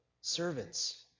servants